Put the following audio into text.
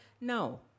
no